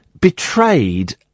betrayed